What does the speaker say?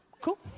cool